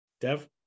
Dev